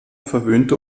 verwöhnte